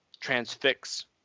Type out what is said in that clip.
transfix